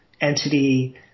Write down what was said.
entity